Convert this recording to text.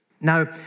Now